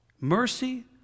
Mercy